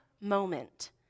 moment